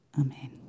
Amen